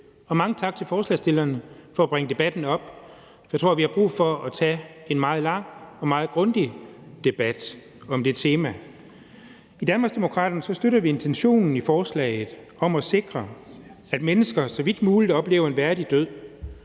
af borgerforslaget for at bringe debatten op. Jeg tror, at vi har brug for at tage en meget lang og meget grundig debat om det tema. I Danmarksdemokraterne støtter vi intentionen i forslaget om at sikre, at mennesker så vidt muligt oplever en værdig død.